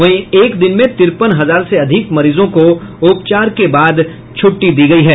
वहीं एक दिन में तिरपन हजार से अधिक मरीजों को उपचार के बाद छूट्टी दी गई है